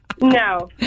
No